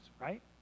right